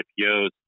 ipos